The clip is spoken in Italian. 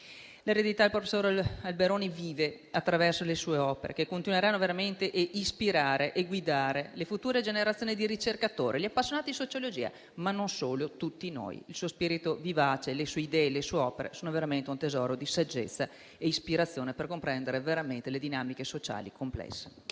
L'eredità del professore Alberoni vive attraverso le sue opere, che continueranno ad ispirare e guidare non solo le future generazioni di ricercatori e gli appassionati di sociologia, ma tutti noi. Il suo spirito vivace, le sue idee e le sue opere sono veramente un tesoro di saggezza e ispirazione per comprendere davvero le dinamiche sociali complesse.